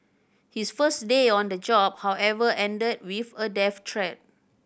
his first day on the job however ended with a death threat